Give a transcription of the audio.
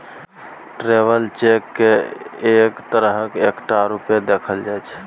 traveller cheque केँ एक तरहक टका रुपेँ देखल जाइ छै